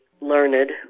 learned